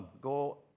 go